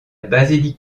basilique